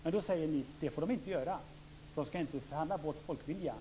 Men då säger ni att det får den inte göra, den skall inte förhandla bort folkviljan.